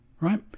right